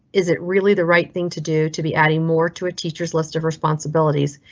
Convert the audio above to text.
is it really the right thing to do to be adding more to a teachers list of responsibilities?